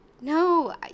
no